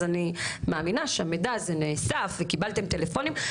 אז אני מאמינה שהמידע הזה נאסף וקיבלתם טלפונים.